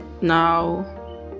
Now